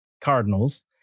Cardinals